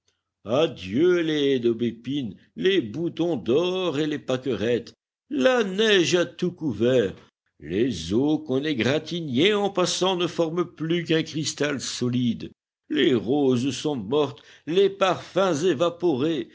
adieu les haies d'aubépine les boutons d'or et les pâquerettes la neige a tout couvert les eaux qu'on égratignait en passant ne forment plus qu'un cristal solide les roses sont mortes les parfums évaporés